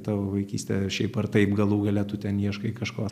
tavo vaikystė šiaip ar taip galų gale tu ten ieškai kažko